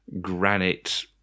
granite